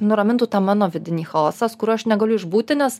nuramintų tą mano vidinį chaosą kur aš negaliu išbūti nes